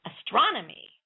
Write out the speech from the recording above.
Astronomy